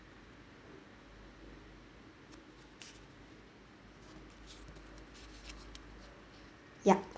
ya